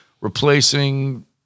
replacing